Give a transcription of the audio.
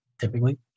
typically